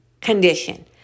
condition